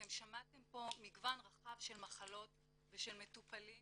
אתם שמעתם פה מגוון רחב של מחלות ושל מטופלים